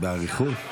באריכות?